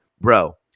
Bro